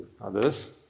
others